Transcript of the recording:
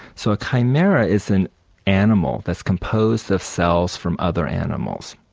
so a chimera is an animal that's composed of cells from other animals,